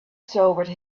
sobered